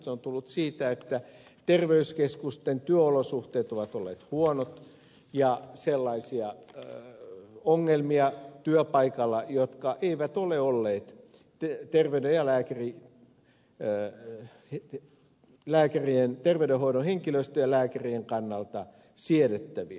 se on tullut siitä että terveyskeskusten työolosuhteet ovat olleet huonot ja on sellaisia ongelmia työpaikalla jotka eivät ole olleet terveydenhoidon henkilöstön ja lääkärien kannalta siedettäviä